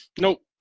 Nope